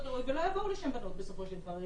באופן ראוי ולא יבואו לשם בנות בסופו של דבר,